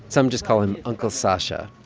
some just call him uncle sasha.